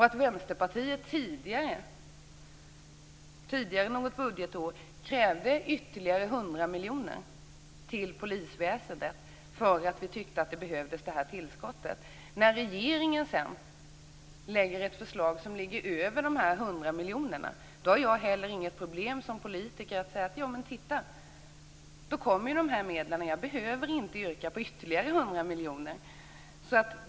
Att Vänsterpartiet tidigare något budgetår krävde ytterligare medel till polisväsendet berodde på att vi tyckte att det här tillskottet behövdes. När regeringen sedan lägger ett förslag som ligger över de 100 miljonerna har jag heller inget problem som politiker att säga: Jamen titta, nu kommer de här medlen. Jag behöver inte yrka på ytterligare 100 miljoner.